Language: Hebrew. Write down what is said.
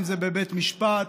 אם זה בבית משפט,